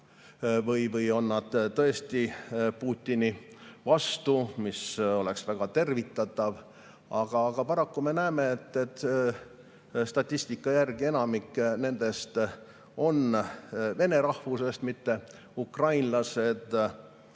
või on nad tõesti Putini vastu, mis oleks väga tervitatav. Aga paraku me näeme, et statistika järgi on enamik nendest vene rahvusest, mitte ukrainlased.